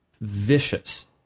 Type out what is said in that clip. vicious